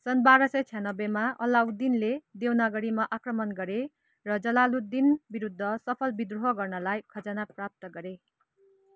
सन् बाह्र सय छयान्नब्बेमा अलाउद्दिनले देवगिरीमा आक्रमण गरे र जलालुद्दीन विरुद्ध सफल विद्रोह गर्नलाई खजाना प्राप्त गरे